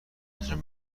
انجام